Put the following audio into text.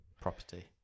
Property